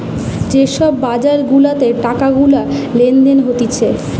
যে সব বাজার গুলাতে টাকা গুলা লেনদেন হতিছে